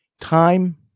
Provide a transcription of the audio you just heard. Time